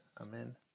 Amen